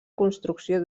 construcció